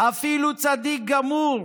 "אפילו צדיק גמור